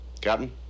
Captain